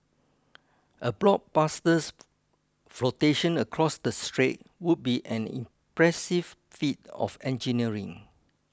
a blockbusters flotation across the strait would be an impressive feat of engineering